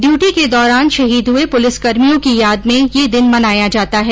duty के दौरान शहीद हुए पुलिसकर्मियों की याद में ये दिन मनाया जाता है